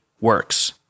works